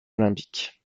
olympiques